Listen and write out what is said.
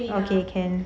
okay can